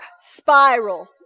spiral